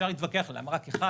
אפשר להתווכח למה רק אחד,